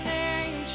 name